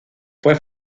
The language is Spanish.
fue